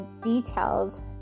details